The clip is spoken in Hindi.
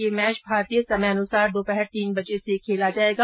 यह मैच भारतीय समय के अनुसार दोपहर तीन बजे से खेला जाएगा